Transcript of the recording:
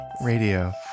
Radio